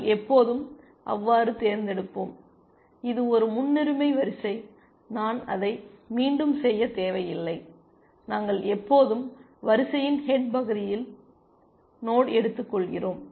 நாங்கள் எப்போதும் அவ்வாறு தேர்ந்தெடுப்போம் இது ஒரு முன்னுரிமை வரிசை நான் அதை மீண்டும் செய்ய தேவையில்லை நாங்கள் எப்போதும் வரிசையின் ஹெட் பகுதியில் நோட் எடுத்துக் கொள்கிறோம்